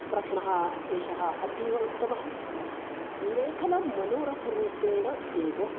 प्रश्नः एषः अतीव उत्तमः लेखनं मनोरथरूपेण एव